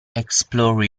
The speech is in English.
explore